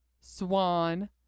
swan